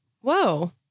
Whoa